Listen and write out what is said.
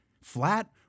flat